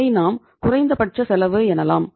இதை நாம் குறைந்தபட்ச செலவு எனலாம்